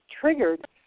triggered